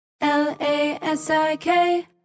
L-A-S-I-K